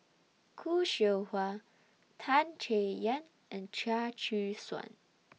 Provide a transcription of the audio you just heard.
Khoo Seow Hwa Tan Chay Yan and Chia Choo Suan